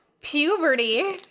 Puberty